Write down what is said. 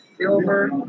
silver